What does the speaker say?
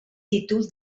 títol